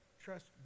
trust